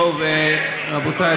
רבותי,